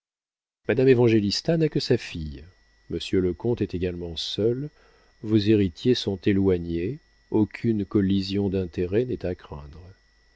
madame évangélista n'a que sa fille monsieur le comte est également seul vos héritiers sont éloignés aucune collision d'intérêts n'est à craindre